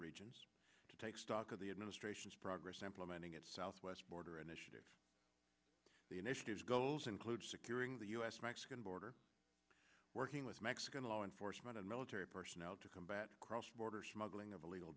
regions to take stock of the administration's progress in implementing at southwest border an issue the initiatives goals include securing the u s mexican border working with mexican law enforcement and military personnel to combat cross border smuggling of illegal